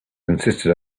insisted